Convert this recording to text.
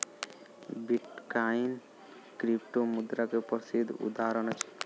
bitcoin क्रिप्टोमुद्रा के प्रसिद्ध उदहारण अछि